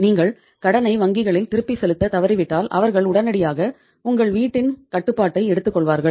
நீங்கள் கடனைத் வங்கியில் திருப்பிச் செலுத்த தவறிவிட்டால் அவர்கள் உடனடியாக உங்கள் வீட்டின் கட்டுப்பாட்டை எடுத்துக்கொள்வார்கள்